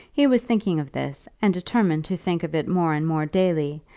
he was thinking of this, and determined to think of it more and more daily,